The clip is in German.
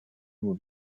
nur